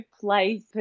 place